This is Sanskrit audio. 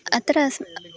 अत्र अस्मि